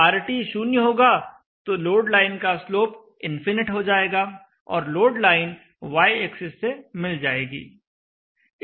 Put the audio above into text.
RT शून्य होगा तो लोड लाइन का स्लोप इनफिनिट हो जाएगा और लोड लाइन y एक्सिस से मिल जाएगी